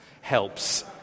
helps